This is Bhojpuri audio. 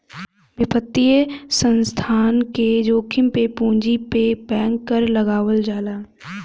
वित्तीय संस्थान के जोखिम पे पूंजी पे बैंक कर लगावल जाला